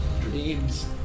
Dreams